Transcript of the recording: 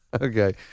Okay